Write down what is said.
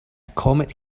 comet